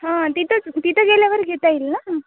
हां तिथंच तिथं गेल्यावर घेता येईल ना